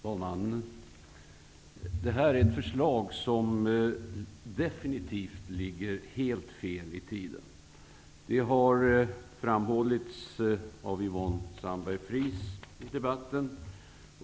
Fru talman! Det här är ett förslag som definitivt ligger helt fel i tiden. Det har framhållits av Yvonne Sandberg-Fries i debatten.